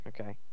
Okay